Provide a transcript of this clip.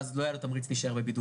ואז לא היה לו תמריץ להישאר בבידוד.